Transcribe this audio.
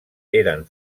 eren